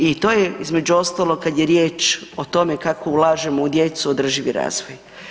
I to je između ostalog kada je riječ o tome kako ulažemo u djecu održivi razvoj.